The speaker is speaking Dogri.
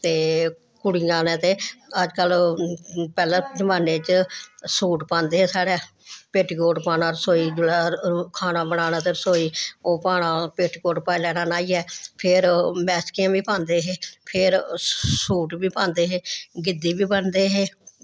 ते कुड़ियां न ते अजकल्ल पैह्ले जमान्ने च सूट पांदे हे साढ़े पेटीकोट पाना रसोई जेल्लै रु खाना बनाना ते रसोई ओह् पाना पेटीकोट पाई लैना न्हाइयै फिर मैक्सियां बी पांदे हे फिर सूट बी पांदे हे गिद्धी बी बन्नदे हे